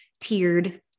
tiered